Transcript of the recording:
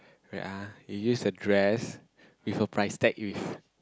wait ah you use the dress with a price tag with